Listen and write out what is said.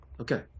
Okay